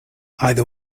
either